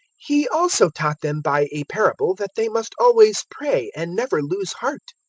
he also taught them by a parable that they must always pray and never lose heart.